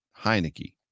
Heineke